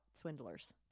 swindlers